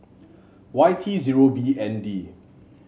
Y T zero B N D